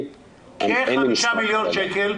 כחמישה מיליון שקל,